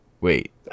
Wait